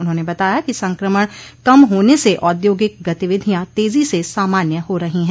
उन्होंने बताया कि संक्रमण कम होने से औद्योगिक गतिविधियां तेजी से सामान्य हो रही है